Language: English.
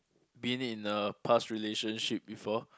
been in a past relationship before